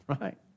right